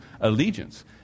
allegiance